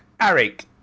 Eric